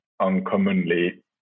uncommonly